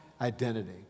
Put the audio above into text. identity